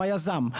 היזם.